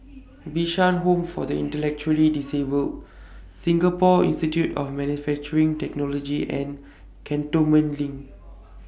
Bishan Home For The Intellectually Disabled Singapore Institute of Manufacturing Technology and Cantonment LINK